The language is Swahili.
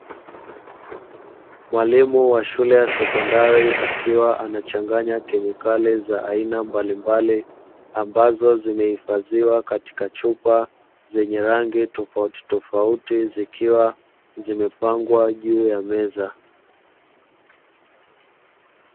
Mwalimu wa shule ya sekondari akiwa anachanganya kemikali za aina mbalimbali, ambazo zimehifadhiwa katika chupa zenye rangi tofautitofauti; zikiwa zimepangwa juu ya meza.